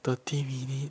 thirty minute